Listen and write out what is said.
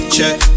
Check